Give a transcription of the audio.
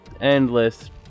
endless